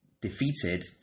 defeated